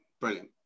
brilliant